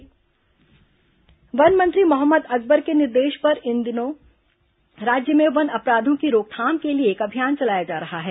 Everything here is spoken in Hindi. पेंगोलिन बाघ खाल तस्करी वन मंत्री मोहम्मद अकबर के निर्देश पर इन दिनों राज्य में वन अपराधों की रोकथाम के लिए एक अभियान चलाया जा रहा है